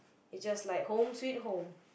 is just like home sweet home